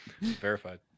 Verified